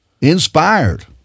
inspired